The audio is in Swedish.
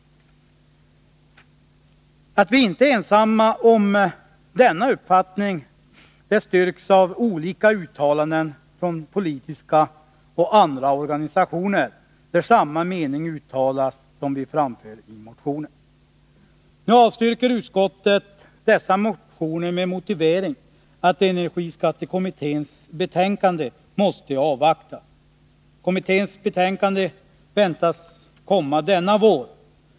Att vi inte är ensamma om denna uppfattning styrks av olika uttalanden från politiska och andra organisationer, där samma mening uttalas som vi framför i motionen. Utskottet avstyrker nu motionerna med motiveringen att energiskattekommitténs betänkande måste avvaktas. Kommitténs betänkande väntas komma denna vår.